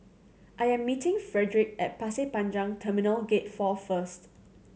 I am meeting Fredrick at Pasir Panjang Terminal Gate Four first